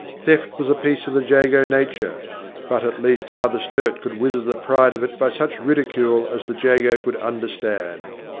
theft was a piece of the jago nature but at least father sturt could wither the pride of it by such ridicule as the jago could understand.